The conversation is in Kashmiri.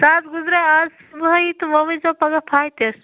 سُہ حظ گُزٕریٚو از صُبحٲیی تہٕ وۄنۍ ؤسزیٚو پگاہ فاتِیس